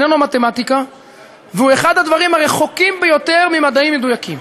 משפט איננו מתמטיקה והוא אחד הדברים הרחוקים ביותר ממדעים מדויקים.